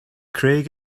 craig